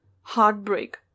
heartbreak